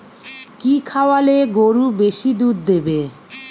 কি খাওয়ালে গরু বেশি দুধ দেবে?